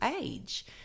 age